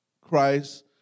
Christ